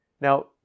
Now